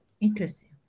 Interesting